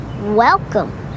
welcome